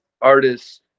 artists